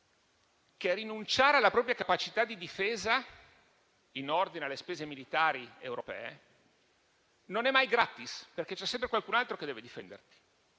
che rinunciare alla propria capacità di difesa in ordine alle spese militari europee non è mai gratis, perché c'è sempre qualcun altro che deve difenderti.